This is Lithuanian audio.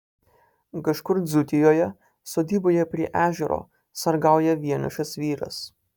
kažkur dzūkijoje sodyboje prie ežero sargauja vienišas vyras